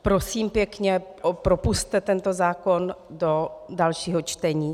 Prosím pěkně, propusťte tento zákon do dalšího čtení.